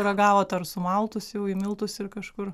ragavot ar sumaltus jau į miltus ir kažkur